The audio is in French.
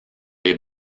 les